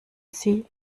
sie